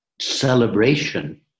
celebration